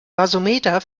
gasometer